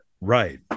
right